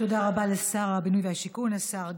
תודה רבה לשר הבינוי והשיכון השר גלנט.